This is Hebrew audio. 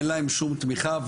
אין להם שום תמיכה,